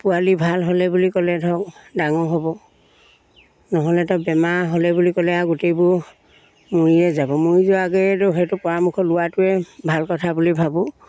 পোৱালি ভাল হ'লে বুলি ক'লে ধৰক ডাঙৰ হ'ব নহ'লেতো বেমাৰ হ'লে বুলি ক'লে আৰু গোটেইবোৰ মৰিয়ে যাব মৰি যোৱাৰ আগেতো সেইটো পৰামৰ্শ লোৱাটোৱে ভাল কথা বুলি ভাবোঁ